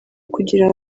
kugira